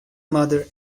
mother